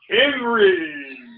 Henry